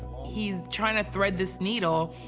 he's trying to thread this needle.